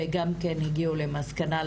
וגם כן הגיעו למסקנה,